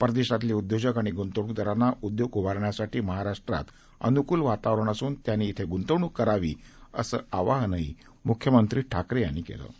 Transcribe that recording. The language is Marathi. परदेशातले उद्योजक आणि गुंतवणूकदारांना उद्योग उभारण्यासाठी महाराष्ट्रात अनुकूल वातावरण असून त्यांनी क्वि गुंतवणूक करावी असं आवाहन मुख्यमंत्री ठाकरे यांनी केलं आहे